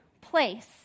place